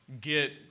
get